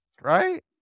right